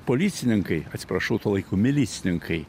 policininkai atsiprašau tų laikų milicininkai